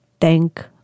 thank